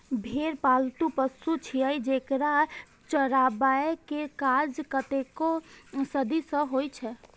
भेड़ पालतु पशु छियै, जेकरा चराबै के काज कतेको सदी सं होइ छै